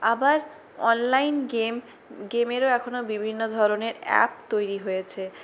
আবার online game গেমেরও এখনও বিভিন্ন ধরনের অ্যাপ তৈরি হয়েছে